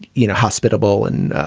you know, hospitable and